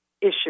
issue